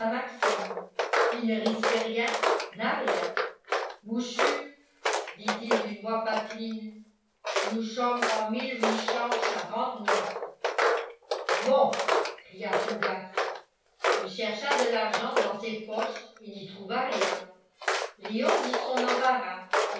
maxime qui ne risque rien n'a rien mouchu dit-il d'une voix pateline nous chommes en mil huit chent chinquante neuf bon cria fougas il chercha de l'argent dans ses poches et n'y trouva rien léon vit son embarras